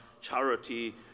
charity